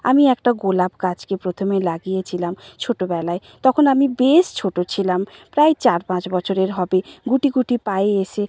আমি একটা গোলাপ গাছকে প্রথমে লাগিয়েছিলাম ছোটোবেলায় তখন আমি বেশ ছোটো ছিলাম প্রায় চার পাঁচ বছরের হবে গুটিগুটি পায়ে এসে